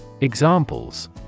Examples